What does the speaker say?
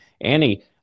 Annie